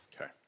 Okay